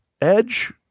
Edge